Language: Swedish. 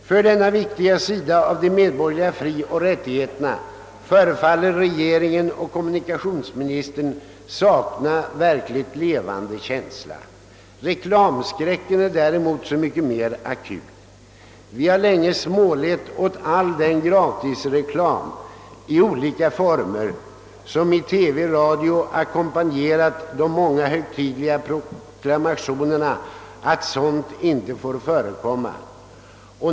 För denna viktiga sida av de medborgerliga frioch rätttigheterna förefaller regeringen och kommunikationsministern sakna en verkligt levande känsla. Reklamskräcken är däremot så mycket mer akut. Vi har länge smålett åt all den gratisreklam i olika former, som i TV och radio ackompanjerar de högtidliga proklamationerna att sådant inte får förekomma.